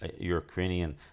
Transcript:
ukrainian